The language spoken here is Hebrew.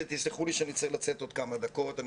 ותסלחו לי שאני צריך לצאת בעוד כמה דקות אני